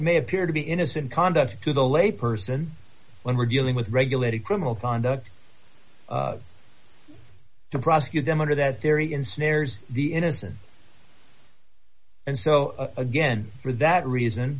may appear to be innocent conduct to the lay person when we're dealing with regulated criminal conduct to prosecute them under that theory ensnares the innocent and so again for that reason